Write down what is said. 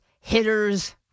hitters